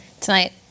tonight